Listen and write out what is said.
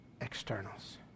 externals